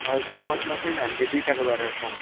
हजुर मन्थमा चाहिँ हामीले दुई पालो गरेर पाउँछौँ